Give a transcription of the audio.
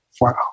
Wow